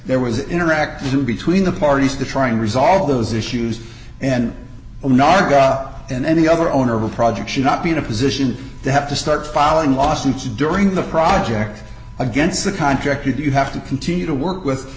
there was interacting between the parties to try and resolve those issues and i'm not and the other owner of a project should not be in a position to have to start filing lawsuits during the project against the contract you do have to continue to work with